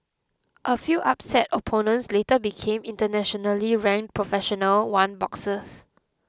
a few upset opponents later became internationally ranked professional one boxers